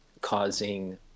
causing